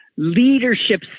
Leadership